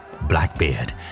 Blackbeard